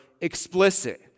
explicit